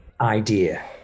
idea